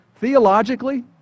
Theologically